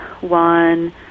one